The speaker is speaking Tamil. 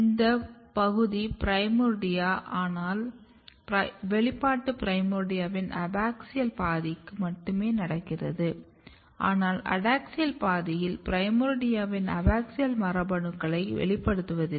இந்த பகுதி பிரைமோர்டியா ஆனால் வெளிப்பாடு பிரைமோர்டியாவின் அபேக்ஸியல் பாதிக்கு மட்டுமே நடக்கிறது ஆனால் அடாக்ஸியல் பாதியில் பிரைமோர்டியாவின் அபாக்ஸியல் மரபணுக்களை வெளிப்படுவதில்லை